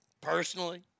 Personally